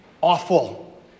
awful